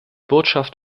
botschaft